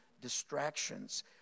distractions